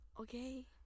Okay